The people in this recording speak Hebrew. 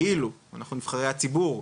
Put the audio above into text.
כאילו, אנחנו נבחרי הציבור,